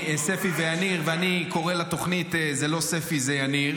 ספי ויניר, אני קורא לתוכנית "זה לא ספי, זה יניר"